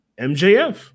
mjf